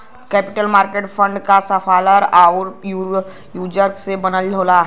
capital market fund क supplier आउर user से बनल होला